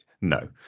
no